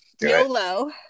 YOLO